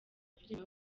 filime